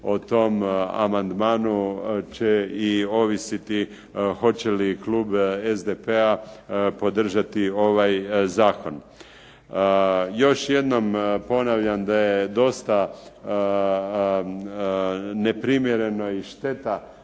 o tom amandmanu će i ovisiti hoće li klub SDP-a podržati ovaj zakon. Još jednom ponavljam da je dosta neprimjereno i šteta